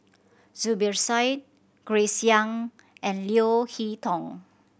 Zubir Said Grace Young and Leo Hee Tong